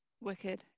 Wicked